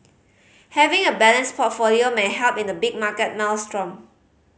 having a balanced portfolio may help in a big market maelstrom